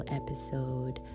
episode